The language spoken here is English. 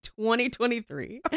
2023